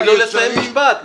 תני לו לסיים משפט.